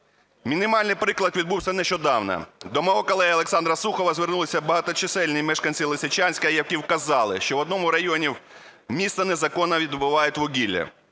Мінімальний приклад відбувся нещодавно. До мого колеги Олександра Сухова звернулися багаточисельні мешканці Лисичанська, які вказали, що в одному районі міста незаконно добувають вугілля.